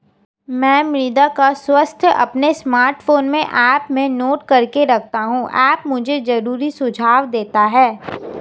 मैं मृदा का स्वास्थ्य अपने स्मार्टफोन में ऐप में नोट करके रखता हूं ऐप मुझे जरूरी सुझाव देता है